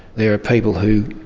there are people who,